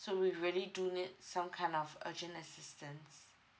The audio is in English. so we really do need some kind of urgent assistance